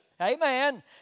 Amen